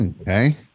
Okay